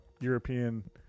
European